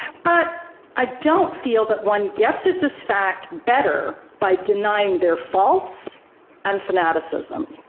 but i don't feel that one gets at this fact better by denying their faults and fanaticism.